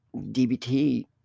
DBT